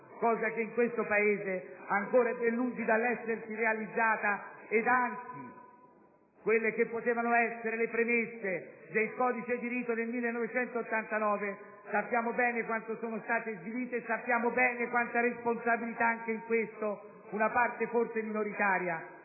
cosa che in questo Paese ancora è ben lungi dall'essersi realizzata, ed anzi quelle che potevano essere le premesse del codice di rito del 1989 sappiamo bene quanto sono state svilite e sappiamo bene quanta responsabilità abbia anche in questo una parte - forse minoritaria